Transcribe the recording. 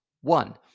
One